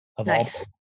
Nice